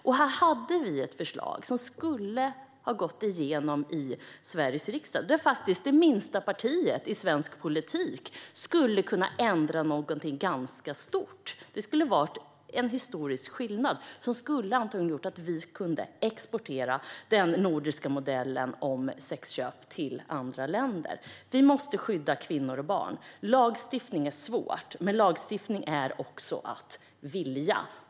Vi hade ett förslag som skulle ha gått igenom Sveriges riksdag där det minsta partiet i svensk politik skulle ha kunnat ändra på något ganska stort. Det hade gjort historisk skillnad och skulle antagligen ha gjort att vi hade kunnat exportera den nordiska modellen om sexköp till andra länder. Vi måste skydda kvinnor och barn. Lagstiftning är svårt, men lagstiftning är också att vilja.